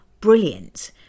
brilliant